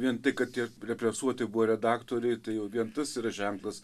vien tai kad tie represuoti buvo redaktoriai tai jau vien tas yra ženklas